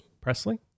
Presley